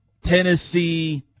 Tennessee